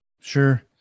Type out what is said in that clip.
Sure